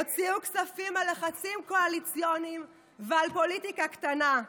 הוציאו כספים על לחצים קואליציוניים ועל פוליטיקה קטנה.